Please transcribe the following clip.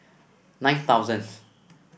nine thousandth